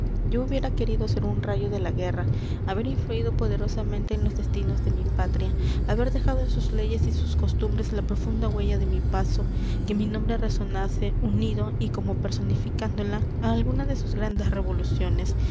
yo hubiera querido ser un rayo de la guerra haber influído poderosamente en los destinos de mi patria haber dejado en sus leyes y sus costumbres la profunda huella de mi paso que mi nombre resonase unido y como personificándola á alguna de sus grandes revoluciones